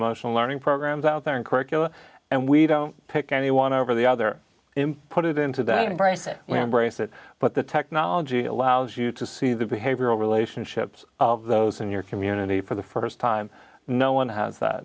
motion learning programs out there in curriculum and we don't pick anyone over the other put it into that embrace it we embrace it but the technology allows you to see the behavioral relationships of those in your community for the st time no one has